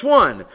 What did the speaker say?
one